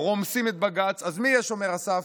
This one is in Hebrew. רומסים את בג"ץ, אז מי יהיה שומר הסף?